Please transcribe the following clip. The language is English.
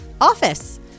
Office